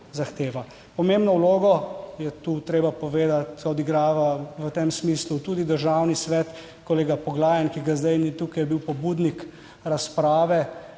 zahteva. Pomembno vlogo je tu treba povedati, odigrava v tem smislu tudi Državni svet. Kolega Poglajen, ki ga zdaj ni tukaj, je bil pobudnik razprave